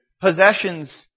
Possessions